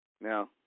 Now